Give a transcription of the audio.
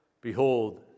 Behold